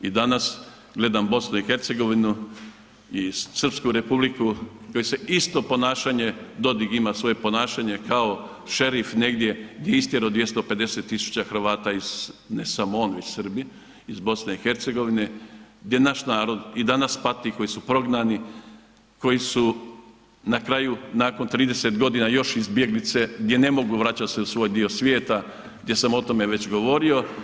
I danas gledam BiH i Srpsku Republiku isto ponašanje Dodig ima svoje ponašanje kao šerif negdje gdje je isterao 250.000 Hrvata, ne samo on već Srbi iz BiH, gdje naš narod i danas pati koji su prognani, koji su na kraju nakon 30 godina još izbjeglice, gdje ne mogu vraćat se u svoj dio svijeta, gdje sam o tome već govorio.